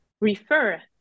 refer